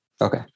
Okay